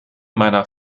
meiner